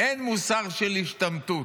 אין מוסר של השתמטות.